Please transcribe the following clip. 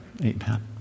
Amen